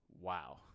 Wow